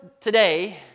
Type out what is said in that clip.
today